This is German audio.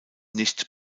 nicht